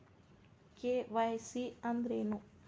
KYC ಅಂದ್ರೇನು?